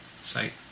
site